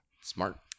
Smart